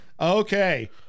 Okay